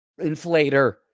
inflator